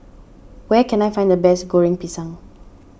where can I find the best Goreng Pisang